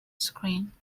screen